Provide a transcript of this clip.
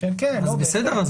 אז בסדר,